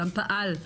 גם פעל,